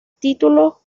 título